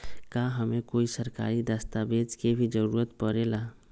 का हमे कोई सरकारी दस्तावेज के भी जरूरत परे ला?